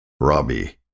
Robbie